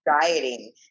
dieting